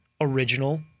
original